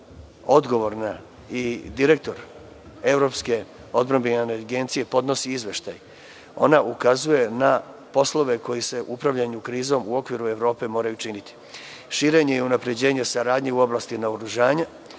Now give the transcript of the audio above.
odgovorna i direktor Evropske odbrambene agencije, podnosi izveštaj. Ona ukazuje na poslove koji se upravljanju krizom u okviru Evrope moraju činiti: širenje i unapređenje saradnje u oblasti naoružanja,